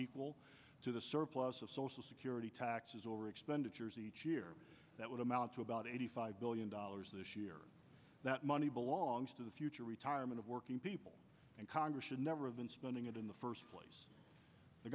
equal to the surplus of social security taxes or expenditures each year that would amount to about eighty five billion dollars this year that money belongs to the future retirement of working people and congress should never have been spending it in the first place the